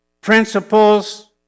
Principles